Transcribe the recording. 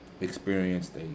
experienced